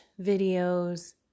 videos